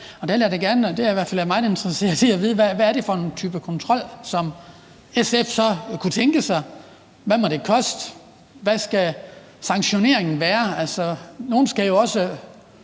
fald meget interesseret i at vide, hvad det er for en type kontrol, som SF så kunne tænke sig. Hvad må det koste? Hvad skal sanktioneringen være?